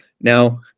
now